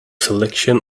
selection